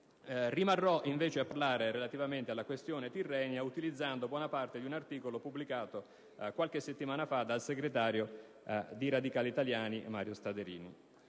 Mi soffermerò invece sulla questione Tirrenia, utilizzando buona parte di un articolo pubblicato qualche settimana fa dal segretario dei Radicali italiani Mario Staderini.